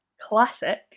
Classic